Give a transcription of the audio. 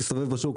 תסתובב בשוק,